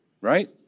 right